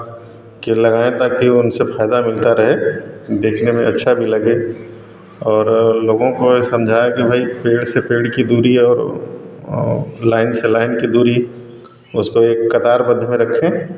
की लगाएँ ताकि वह उनसे फ़ायदा मिलता रहे देखने में अच्छा भी लगे और लोगों को समझाया की भाई पेड़ से पेड़ की दूरी और लाइन से लाइन की दूरी उस पर कतार बंध में रखें